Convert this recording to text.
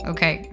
Okay